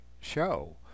show